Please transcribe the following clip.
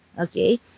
Okay